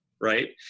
Right